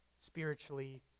spiritually